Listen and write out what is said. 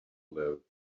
live